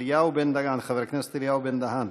חבר הכנסת אלי בן-דהן,